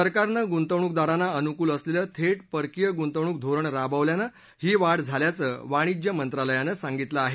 सरकारनं गुंतवणूकदारांना अनुकूल असलेलं थे परकीय गुंतवणूक धोरण राबवल्यानं ही वाढ झाल्याचं वाणीज्य मंत्रालयानं सांगितलं आहे